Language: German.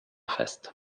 fest